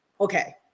Okay